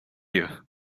you